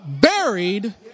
buried